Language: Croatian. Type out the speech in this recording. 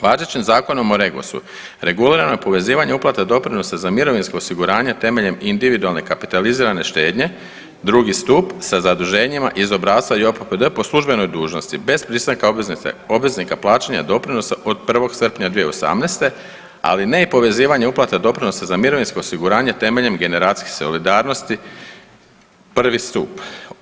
Važećim Zakonom o REGOS-u regulirano je povezivanje uplate doprinosa za mirovinsko osiguranje temeljem individualne kapitalizirane štednje drugi stup sa zaduženjima iz obrasca JOPPD po službenoj dužnosti bez pristanka obveznika plaćanja doprinosa od 1. srpnja 2018. ali ne i povezivanja uplata doprinosa za mirovinsko osiguranje temeljem generacijske solidarnosti prvi stup.